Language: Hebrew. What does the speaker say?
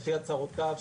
לפי הצהרותיו,